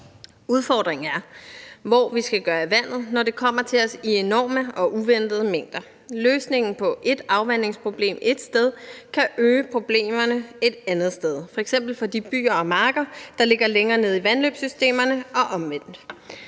Udfordringen er, hvor vi skal gøre af vandet, når det kommer til os i enorme og uventede mængder. Løsningen på et afvandingsproblem et sted kan øge problemerne et andet sted, f.eks. for de byer og marker, der ligger længere nede i vandløbssystemerne og omvendt.